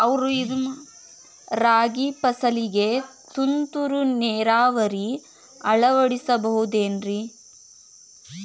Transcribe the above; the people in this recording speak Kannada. ರಾಗಿ ಫಸಲಿಗೆ ತುಂತುರು ನೇರಾವರಿ ಅಳವಡಿಸಬಹುದೇನ್ರಿ?